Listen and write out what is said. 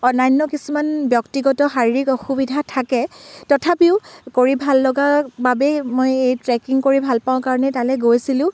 অন্যান্য কিছুমান ব্যক্তিগত শাৰীৰিক অসুবিধা থাকে তথাপিও কৰি ভাল লগা বাবেই মই এই ট্ৰেকিং কৰি ভাল পাওঁ কাৰণেই তালই গৈছিলোঁ